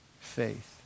faith